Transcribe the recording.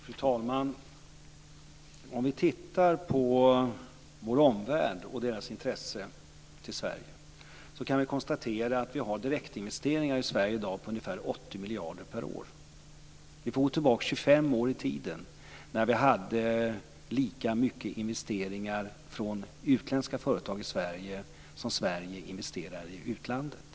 Fru talman! Låt oss titta på vår omvärld och dess intresse för Sverige. Vi kan konstatera att vi har direktinvesteringar i Sverige i dag på ungefär 80 miljarder per år. Om vi går tillbaka 25 år i tiden var investeringarna från utländska företag i Sverige lika stora som de svenska investeringarna i utlandet.